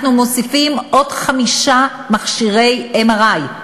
אנחנו מוסיפים עוד חמישה מכשירי MRI,